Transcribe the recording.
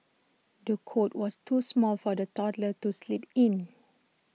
the cot was too small for the toddler to sleep in